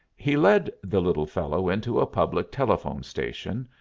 he led the little fellow into a public telephone station,